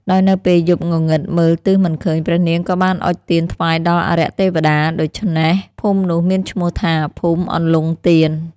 ដោយនៅពេលយប់ងងឹតមើលទិសមិនឃើញ ព្រះនាងក៏បានអុជទៀនថ្វាយដល់អារក្សទេវតា ដូច្នេះភូមិនោះមានឈ្មោះថា ភូមិអន្លង់ទៀន។